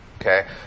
Okay